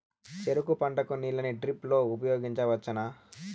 చెరుకు పంట కు నీళ్ళని డ్రిప్ లో ఉపయోగించువచ్చునా?